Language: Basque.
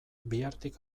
bihartik